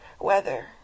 weather